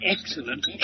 Excellent